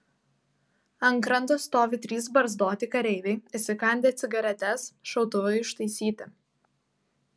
ant kranto stovi trys barzdoti kareiviai įsikandę cigaretes šautuvai užtaisyti